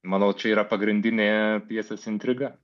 manau čia yra pagrindinė pjesės intriga